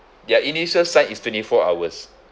their initial sign is twenty four hours